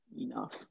Enough